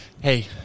hey